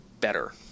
better